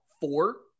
four